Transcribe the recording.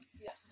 Yes